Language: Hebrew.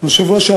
היושב-ראש,